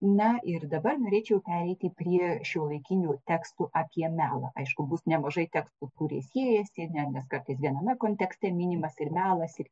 na ir dabar norėčiau pereiti prie šiuolaikinių tekstų apie melą aišku bus nemažai tekstų kurie siejasi ar ne nes kartais viename kontekste minimas ir melas ir